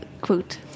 quote